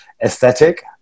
aesthetic